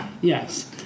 Yes